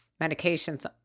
medications